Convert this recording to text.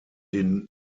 den